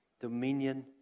dominion